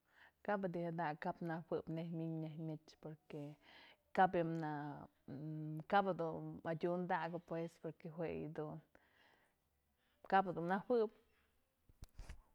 Kap dij da'a, kap nëjuëb neyj mi'in neyj myech porque kap bi'i na'a, kap dun adyundakëp pues porque jue yë dun kabë dun najuëb.